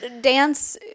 dance